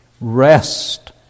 Rest